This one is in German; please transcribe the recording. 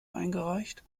eingereicht